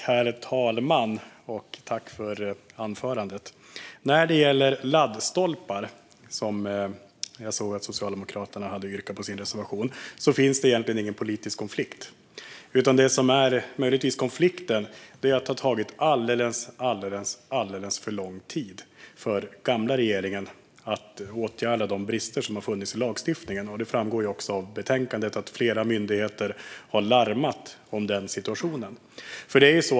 Herr talman! Jag tackar ledamoten för anförandet. När det gäller laddstolpar, som nämns i den reservation som Socialdemokraternas ledamot yrkade bifall till, finns det egentligen ingen politisk konflikt. Det som möjligtvis utgör en konflikt är att det tog alldeles för lång tid för den gamla regeringen att åtgärda bristerna i lagstiftningen. Det framgår också av betänkandet att flera myndigheter har larmat om situationen.